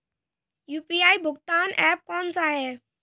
UPI भुगतान app कौन सा है?